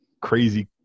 crazy